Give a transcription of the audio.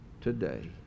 today